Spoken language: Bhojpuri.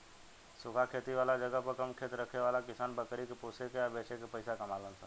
सूखा खेती वाला जगह पर कम खेत रखे वाला किसान बकरी के पोसे के आ बेच के पइसा कमालन सन